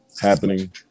happening